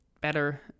better